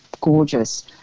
gorgeous